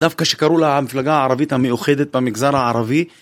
דווקא שקראו לה המפלגה הערבית המאוחדת במגזר הערבי